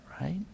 right